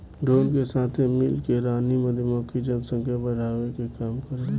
drone के साथे मिल के रानी मधुमक्खी जनसंख्या बढ़ावे के काम करेले